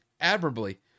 admirably